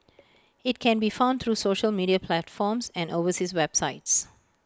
IT can be found through social media platforms and overseas websites